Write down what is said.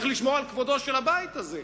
צריך לשמור על כבודו של הבית הזה.